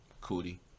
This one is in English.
Cootie